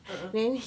ah ah